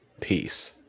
peace